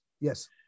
yes